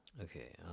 okay